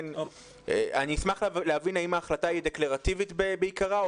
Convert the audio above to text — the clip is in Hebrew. אשמח להבין אם ההחלטה דקלרטיבית בעיקרה,